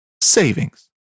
savings